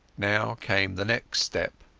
now came the next step.